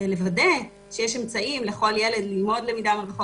לוודא שיש אמצעים לכל ילד ללמוד בלמידה מרחוק